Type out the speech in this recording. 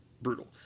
Brutal